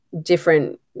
different